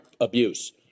abuse